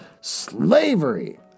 Slavery